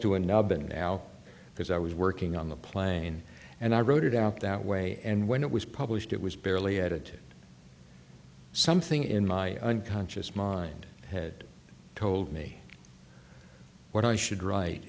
and now because i was working on the plane and i wrote it out that way and when it was published it was barely edited something in my unconscious mind had told me what i should write